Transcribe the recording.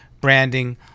branding